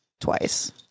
twice